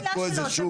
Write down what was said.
בדקו את זה שוב,